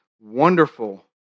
wonderful